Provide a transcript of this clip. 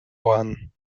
one